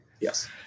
Yes